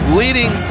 leading